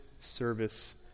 service